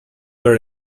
bear